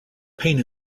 pain